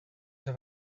have